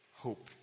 hope